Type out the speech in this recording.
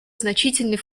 значительный